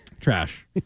Trash